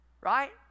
right